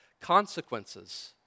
consequences